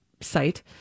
site